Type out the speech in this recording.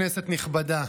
כנסת נכבדה,